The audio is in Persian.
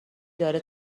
داره